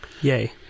Yay